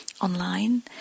online